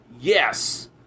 Yes